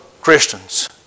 Christians